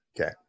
okay